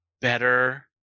better